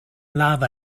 love